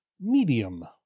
Medium